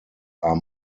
are